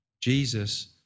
Jesus